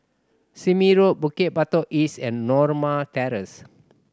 Sime Road Bukit Batok East and Norma Terrace